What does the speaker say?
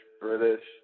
British